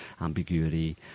ambiguity